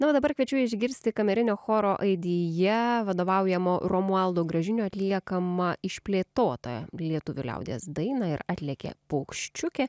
na o dabar kviečiu išgirsti kamerinio choro aidije vadovaujamo romualdo gražinio atliekamą išplėtotą lietuvių liaudies dainą ir atlėkė paukščiukė